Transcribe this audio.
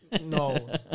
No